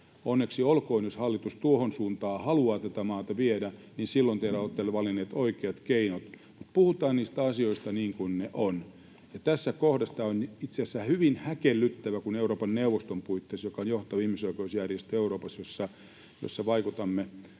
Onneksi olkoon, jos hallitus tuohon suuntaan haluaa tätä maata viedä — silloin te olette valinneet oikeat keinot — mutta puhutaan niistä asioista niin kuin ne ovat. Tässä kohdassa tämä on itse asiassa hyvin häkellyttävää. Kun Euroopan neuvoston puitteissa, joka on johtava ihmisoikeusjärjestö Euroopassa, jossa vaikutamme